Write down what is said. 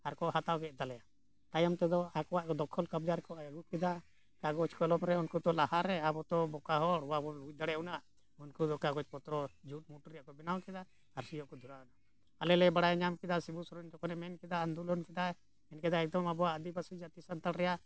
ᱟᱨᱠᱚ ᱦᱟᱛᱟᱣ ᱠᱮᱫ ᱛᱟᱞᱮᱭᱟ ᱛᱟᱭᱚᱢ ᱛᱮᱫᱚ ᱟᱠᱚᱣᱟᱜ ᱫᱚᱠᱷᱚᱞ ᱠᱚᱯᱡᱟ ᱨᱮᱠᱚ ᱟᱹᱜᱩ ᱠᱮᱫᱟ ᱠᱟᱜᱚᱡᱽ ᱠᱚᱞᱚᱢ ᱨᱮ ᱩᱱᱠᱩ ᱫᱚ ᱞᱟᱦᱟᱨᱮ ᱟᱵᱚᱫᱚ ᱵᱚᱠᱟ ᱦᱚᱲ ᱵᱟᱵᱚᱱ ᱵᱩᱡᱽ ᱫᱟᱲᱮᱭᱟᱜ ᱩᱱᱟᱹᱜ ᱩᱱᱠᱩ ᱫᱚ ᱠᱟᱜᱚᱡᱽ ᱯᱚᱛᱨᱚ ᱡᱩᱛ ᱢᱩᱴ ᱨᱮᱭᱟᱜ ᱠᱚ ᱵᱮᱱᱟᱣ ᱠᱮᱫᱟ ᱟᱨ ᱥᱤᱭᱚᱜ ᱠᱚ ᱫᱷᱚᱨᱟᱹᱣᱮᱱᱟ ᱟᱞᱮᱞᱮ ᱵᱟᱲᱟᱭ ᱧᱟᱢ ᱠᱮᱫᱟ ᱥᱤᱵᱩ ᱥᱚᱨᱮᱱ ᱡᱚᱠᱷᱚᱱᱮ ᱢᱮᱱ ᱠᱮᱫᱟ ᱟᱱᱫᱳᱞᱚᱱ ᱠᱮᱫᱟᱭ ᱢᱮᱱ ᱠᱮᱫᱟ ᱮᱠᱫᱚᱢ ᱟᱵᱚᱣᱟᱜ ᱟᱹᱫᱤᱵᱟᱹᱥᱤ ᱡᱟᱹᱛᱤ ᱥᱟᱱᱛᱟᱲ ᱨᱮᱭᱟᱜ